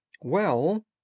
Well